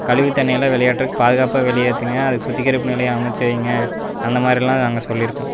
கழிவு தண்ணியெல்லாம் வெளியேற்றுறக்கு பாதுகாப்பாக வெளியேற்றுங்க அதுக்கு சுத்திகரிப்பு நிலையம் அமைச்சி வைய்ங்க அந்த மாதிரிலாம் நாங்கள் சொல்லியிருக்கோம்